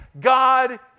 God